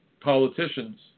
politicians